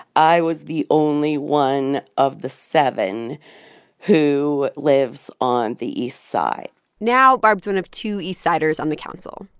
i was the only one of the seven who lives on the east side now barb's one of two east-siders on the council.